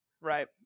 Right